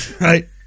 Right